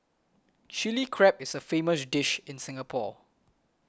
Chilli Crab is a famous dish in Singapore